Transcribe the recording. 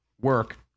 work